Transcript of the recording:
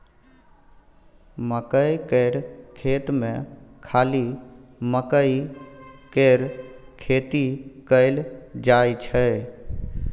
मकई केर खेत मे खाली मकईए केर खेती कएल जाई छै